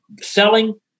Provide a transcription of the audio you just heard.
selling